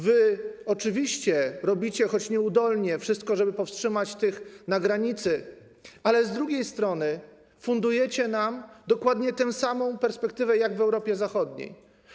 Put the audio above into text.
Wy oczywiście robicie - nieudolnie - wszystko, żeby powstrzymać tych na granicy, ale z drugiej strony fundujecie nam dokładnie tę samą perspektywę jak w Europie Zachodniej.